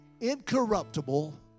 incorruptible